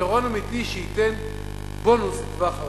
פתרון אמיתי שייתן בונוס לטווח ארוך.